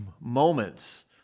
moments